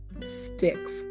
Sticks